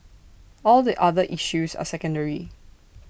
all the other issues are secondary